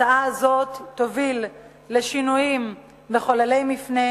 ההצעה הזאת תוביל לשינויים מחוללי מפנה